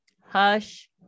Hush